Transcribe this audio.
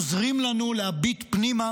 עוזרים לנו להביט פנימה